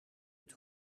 het